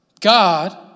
God